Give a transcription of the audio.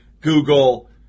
Google